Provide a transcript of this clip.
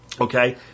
okay